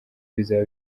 bizaba